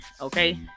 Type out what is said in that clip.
Okay